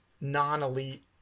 non-elite